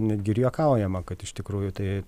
netgi ir juokaujama kad iš tikrųjų tai